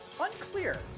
unclear